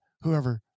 Whoever